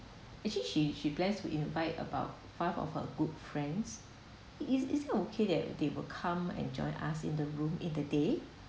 actually she she plans to invite about five of her good friends is is it okay that they will come and join us in the room in the day